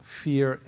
fear